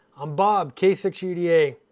i'm bob k six u d a.